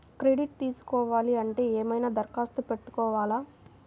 Credit తీసుకోవాలి అంటే ఏమైనా దరఖాస్తు పెట్టుకోవాలా?